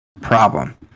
problem